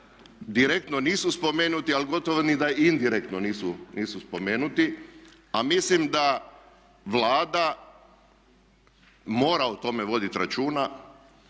direktno nisu spomenuti ali gotovo ni da indirektno nisu spomenuti. A mislim da Vlada mora o tome voditi računa.